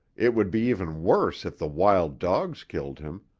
it would be even worse if the wild dogs killed him,